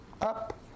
up